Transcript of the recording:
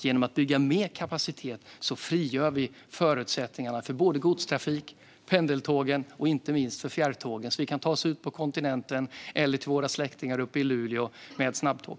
Genom att bygga mer kapacitet frigör vi förutsättningarna för både godstrafik, pendeltåg och fjärrtåg, så att vi kan ta oss ut på kontinenten eller till våra släktingar i Luleå med snabbtåg.